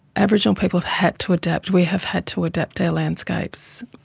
aboriginal people have had to adapt, we have had to adapt our landscapes.